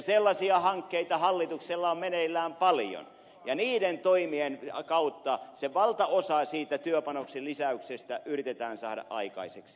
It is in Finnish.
sellaisia hankkeita hallituksella on meneillään paljon ja niiden toimien kautta se valtaosa siitä työpanoksen lisäyksestä yritetään saada aikaiseksi